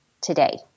today